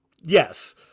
yes